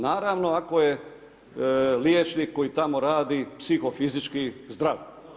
Naravno ako je liječnik koji tamo radi psihofizički zdrav.